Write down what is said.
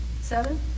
seven